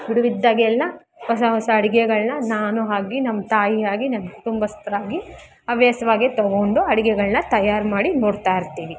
ಬಿಡುವಿದ್ದಾಗೆಲ್ಲ ಹೊಸ ಹೊಸ ಅಡಿಗೆಗಳನ್ನ ನಾನು ಆಗಿ ನಮ್ಮ ತಾಯಿ ಆಗಿ ನಮ್ಮ ಕುಟುಂಬಸ್ತರಾಗಿ ಹವ್ಯಾಸವಾಗೆ ತೊಗೊಂಡು ಅಡಿಗೆಗಳನ್ನ ತಯಾರು ಮಾಡಿ ನೋಡ್ತಾಯಿರ್ತೀವಿ